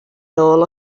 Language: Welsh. nôl